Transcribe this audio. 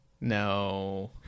No